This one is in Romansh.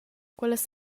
quellas